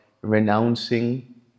renouncing